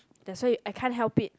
that's why I can't help it